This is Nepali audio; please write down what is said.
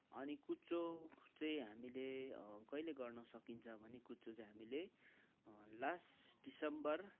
अनि कुचो चाहिँ हामीले कहिले गर्न सकिन्छ भने कुच्चो चाहिँ हामीले लास्ट दिसम्बर